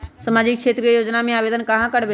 सामाजिक क्षेत्र के योजना में आवेदन कहाँ करवे?